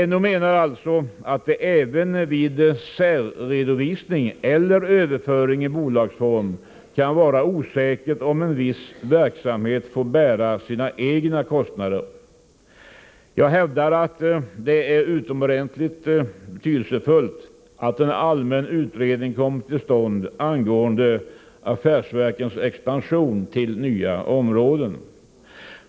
NO menar alltså, att det även vid särredovisning eller överföring i bolagsform kan vara osäkert om en viss verksamhet får bära sina egna kostnader. Jag hävdar att det är utomordentligt betydelsefullt att en allmän utredning kommer till stånd angående affärsverkens expansion till nya områden.